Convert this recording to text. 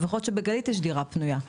אבל יכול להיות שבגלית יש דירה פנויה,